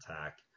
attack